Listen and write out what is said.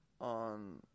on